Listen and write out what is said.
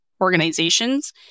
organizations